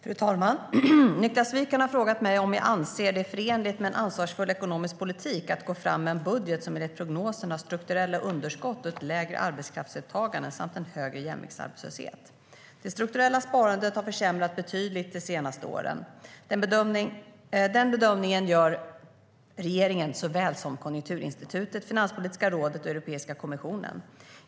Fru talman! Niklas Wykman har frågat mig om jag anser det förenligt med en ansvarsfull ekonomisk politik att gå fram med en budget som enligt prognosen har strukturella underskott och ett lägre arbetskraftsdeltagande samt en högre jämviktsarbetslöshet. Det strukturella sparandet har försämrats betydligt de senaste åren. Den bedömningen gör såväl regeringen som Konjunkturinstitutet, Finanspolitiska rådet och Europeiska kommissionen.